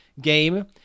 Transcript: game